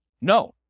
No